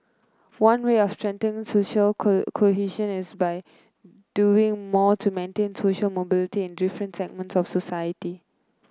one way of strengthening societal cohesion is by doing more to maintain social mobility in different segments of society